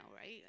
right